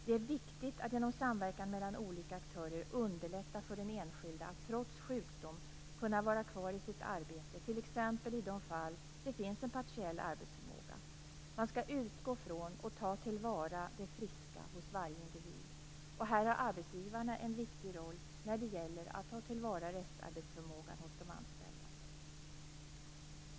Det är viktigt att genom samverkan mellan olika aktörer underlätta för den enskilde att trots sjukdom kunna vara kvar i sitt arbete, t.ex. i de fall där det finns en partiell arbetsförmåga. Man skall utgå från och ta till vara det friska hos varje individ. Här har arbetsgivarna en viktig roll när det gäller att ta till vara restarbetsförmågan hos de anställda.